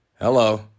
Hello